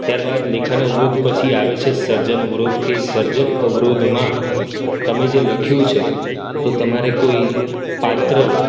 ત્યાર બાદ લેખન અવરોધ પછી આવે છે સર્જન અવરોધ કે સર્જન અવરોધમાં તમે જે લખ્યું છે તો તમારે કોઇ પાત્ર